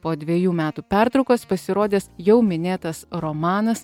po dvejų metų pertraukos pasirodęs jau minėtas romanas